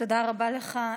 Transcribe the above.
תודה רבה לך,